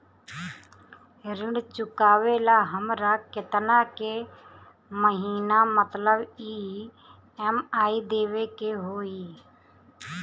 ऋण चुकावेला हमरा केतना के महीना मतलब ई.एम.आई देवे के होई?